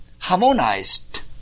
harmonized